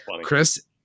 Chris